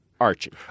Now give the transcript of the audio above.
Archie